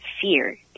fear